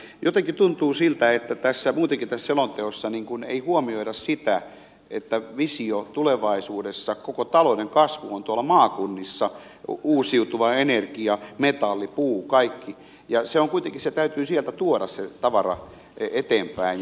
jotenkin tuntuu siltä että muutenkaan tässä selonteossa ei huomioida sitä visiota että tulevaisuudessa koko talouden kasvu on tuolla maakunnissa uusiutuva energia metalli puu kaikki ja kuitenkin se tavara täytyy sieltä tuoda eteenpäin